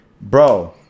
bro